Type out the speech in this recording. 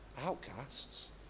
outcasts